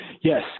Yes